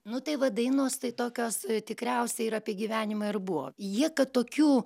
nu tai va dainos tai tokios tikriausiai ir apie gyvenimą ir buvo jie kad tokių